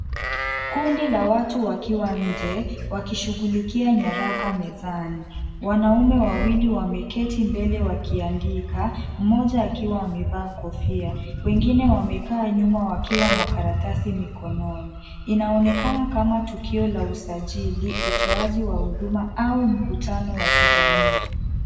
Kundi la watu wakiwa nje, wakishughulikia nyaraka mezani. Wanaume wawili wameketi mbele wakiandika, mmoja akiwa amevaa kofia. Wengine wamekaa nyuma wakiwa na karatasi mikononi. Inaonekana kama tukio la usajili, utoaji wa huduma au mkutano wa kijamii.